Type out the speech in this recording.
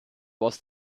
was